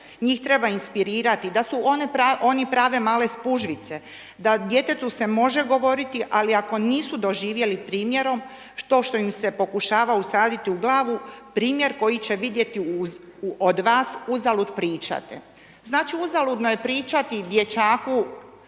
njih treba inspirirati, da su oni prave male spužvice, da djetetu se može govoriti, ali ako nisu doživjeti primjerom to što im se pokušava usaditi u glavu, primjer koji će vidjeti od vas, uzalud pričate. Znači, uzaludno je pričati dječaku